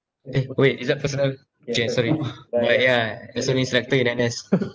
eh wait is that personal okay sorry but ya in N_S